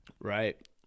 right